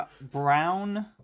Brown